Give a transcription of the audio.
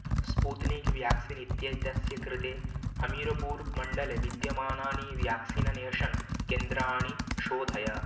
Sputnik vaccine इत्येतस्य कृते हमीरपूर् मण्डले विद्यमानानि व्याक्सीननेषन् केन्द्राणि शोधय